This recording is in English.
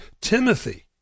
Timothy